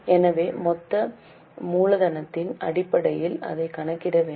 எனவே மொத்த மூலதனத்தின் அடிப்படையில் அதைக் கணக்கிட வேண்டும்